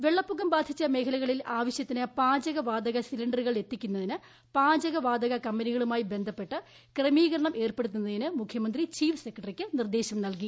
വെള്ളപ്പൊക്കം ബാധിച്ച മേഖലകളിൽ ആവശ്യത്തിന് പാചകവാതക സിലിൻഡറുകൾ എത്തിക്കുന്നതിന്റ് പാചകവാതക കമ്പനികളുമായി ബന്ധപ്പെട്ട് ക്രമീകരണം ഏർപ്പെടുത്തുന്നതിന് മുഖ്യമന്ത്രി ചീഫ് സെക്രട്ടറിക്ക് നിർദേശം നൽക്കി